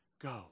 go